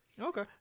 Okay